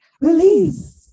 release